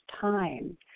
time